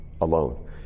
alone